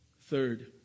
Third